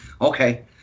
Okay